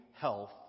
health